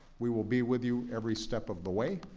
we will be with you every step of the way.